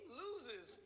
loses